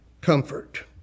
comfort